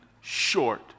short